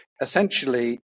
essentially